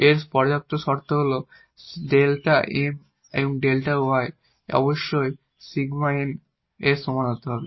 এর পর্যাপ্ত শর্ত হল 𝜕𝑀 𝜕𝑦 অবশ্যই 𝜕𝑁 এর সমান হতে হবে